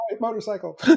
motorcycle